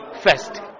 first